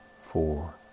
four